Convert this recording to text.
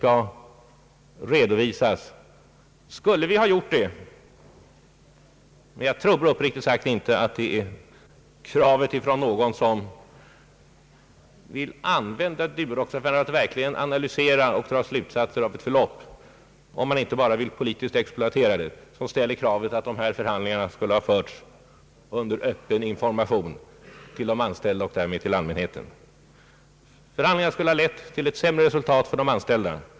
Jag tror uppriktigt sagt inte att kravet på öppen information till de anställda under pågående förhandlingar — och därmed till allmänheten — ställs från någon som vill använda Duroxaffären till att verkligen analysera och dra slutsatser av ett förlopp och inte bara politiskt exploatera det. Om förhandlingarna hade förts under öppen information till de anställda och därmed till allmänheten, skulle de ha lett till ett sämre resultat för de anställda.